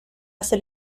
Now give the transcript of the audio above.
hace